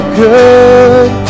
good